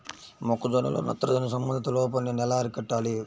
మొక్క జొన్నలో నత్రజని సంబంధిత లోపాన్ని నేను ఎలా అరికట్టాలి?